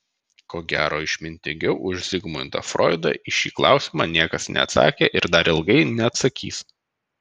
ko gero išmintingiau už zigmundą froidą į šį klausimą niekas neatsakė ir dar ilgai neatsakys